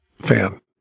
fan